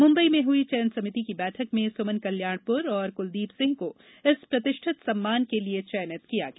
मुम्बई में हुई चयन समिति की बैठक में सुमन कल्याणपुर और कुलदीप सिंह को इस प्रतिष्ठित सम्मान के लिए चयनित किया गया